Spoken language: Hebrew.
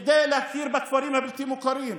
כדי להכיר בכפרים הבלתי-מוכרים,